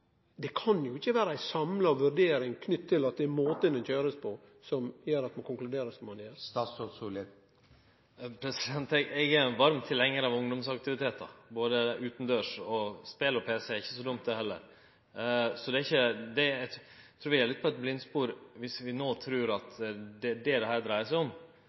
Det kan jo ikkje vere ei samla vurdering knytt til at det er måten det blir køyrt på, som gjer at ein konkluderer som ein gjer. Eg er ein varm tilhengjar av ungdomsaktivitetar – dei utandørs, og spel og pc er ikkje så dumt det heller. Det er ikkje det, eg trur vi er litt på eit blindspor dersom vi no trur at det er det dette dreiar seg om.